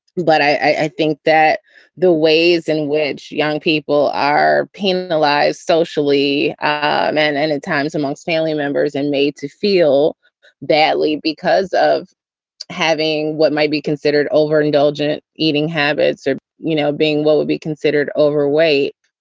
but i think that the ways in which young people are penalized socially um and and at times amongst family members and made to feel badly because of having what might be considered over indulgent eating habits or you know being what would be considered overweight,